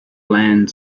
land